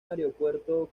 aeropuerto